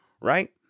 Right